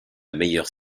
meilleure